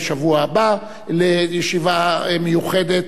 בשבוע הבא לישיבה מיוחדת,